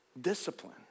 Discipline